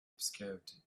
obscured